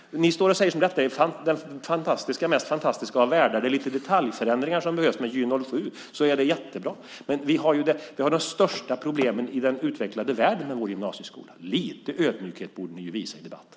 Ni talar om detta som om det är den mest fantastiska av världar. Det är lite detaljförändringar som behövs, och med GY-07 blir det jättebra. Men vi har de största problemen i den utvecklade världen med vår gymnasieskola. Lite ödmjukhet borde ni visa i debatten.